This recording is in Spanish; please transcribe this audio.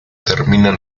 terminan